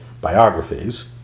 biographies